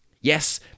Yes